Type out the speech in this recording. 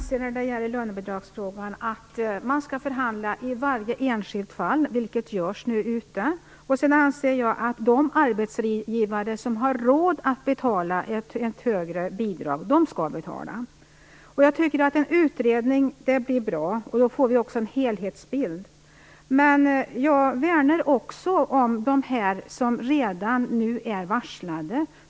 Fru talman! Jag anser att man skall förhandla i varje enskilt fall när det gäller lönebidrag, vilket nu görs ute i landet. De arbetsgivare som har råd att betala ett högre bidrag skall betala. En utredning blir bra. Då får vi en helhetsbild. Jag värnar också om de människor som redan nu är varslade.